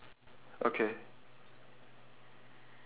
orh okay then I can do I cannot open the door anymore